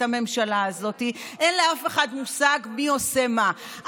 הממשלה הזאת אין לאף אחד מושג מי עושה מה,